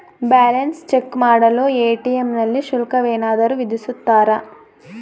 Balance check ಮಾಡಲು ATM ನಲ್ಲಿ ಶುಲ್ಕವೇನಾದರೂ ವಿಧಿಸುತ್ತಾರಾ?